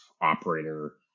operator